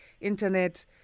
internet